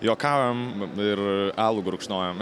juokaujam ir alų gurkšnojam